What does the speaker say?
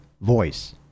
voice